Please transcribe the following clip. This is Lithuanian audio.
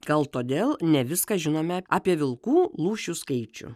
gal todėl ne viską žinome apie vilkų lūšių skaičių